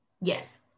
Yes